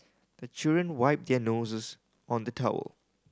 the children wipe their noses on the towel